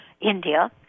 India